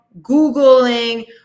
Googling